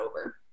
over